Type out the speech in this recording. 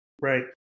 Right